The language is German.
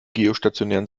geostationären